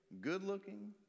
good-looking